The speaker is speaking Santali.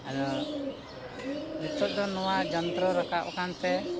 ᱟᱫᱚ ᱱᱤᱛᱚᱜ ᱫᱚ ᱱᱚᱣᱟ ᱡᱚᱱᱛᱨᱚ ᱨᱟᱠᱟᱵ ᱟᱠᱟᱱ ᱛᱮ